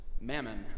mammon